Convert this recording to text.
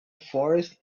forest